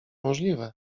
możliwe